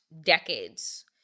decades